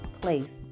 place